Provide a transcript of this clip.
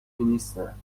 نیستند